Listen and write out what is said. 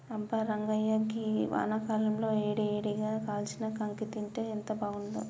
అబ్బా రంగాయ్య గీ వానాకాలంలో ఏడి ఏడిగా కాల్చిన కాంకి తింటే ఎంత బాగుంతుందో